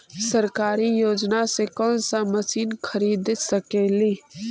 सरकारी योजना से कोन सा मशीन खरीद सकेली?